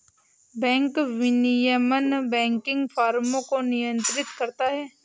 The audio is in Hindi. बैंक विनियमन बैंकिंग फ़र्मों को नियंत्रित करता है